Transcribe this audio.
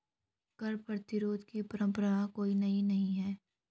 कर प्रतिरोध की परंपरा कोई नई नहीं है